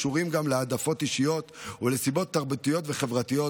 קשורים גם להעדפות אישיות ולסיבות תרבותיות וחברתיות,